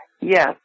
yes